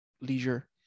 leisure